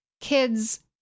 kids